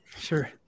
sure